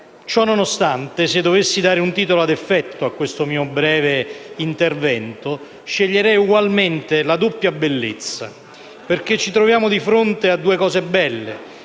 Ciononostante, se dovessi dare un titolo a effetto a questo mio breve intervento, sceglierei ugualmente la doppia bellezza, perché ci troviamo di fronte a due cose belle: